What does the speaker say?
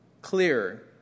clearer